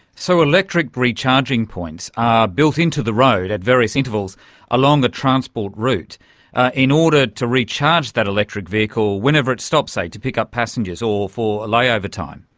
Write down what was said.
so electric recharging points are built into the road at various intervals along the transport route in order to recharge that electric vehicle whenever it stops, say to pick up passengers or for a layover time.